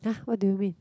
[huh] what do you mean